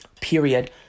Period